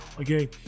Okay